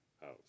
house